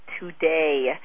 today